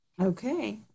Okay